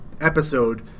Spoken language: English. episode